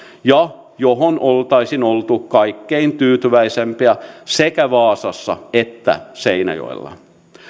ja johon oltaisiin oltu kaikkein tyytyväisimpiä sekä vaasassa että seinäjoella